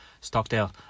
Stockdale